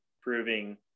proving